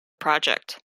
project